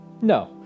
No